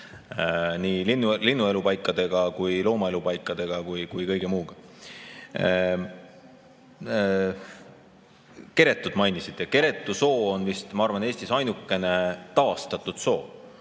nii linnuelupaikadega kui ka loomaelupaikadega ja kõige muuga. Keretüt mainisite, Keretü soo on vist, ma arvan, Eestis ainukene taastatud soo,